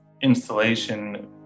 installation